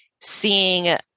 seeing